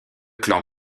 clan